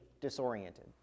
disoriented